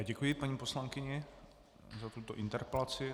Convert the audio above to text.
Děkuji, paní poslankyně, za tuto interpelaci.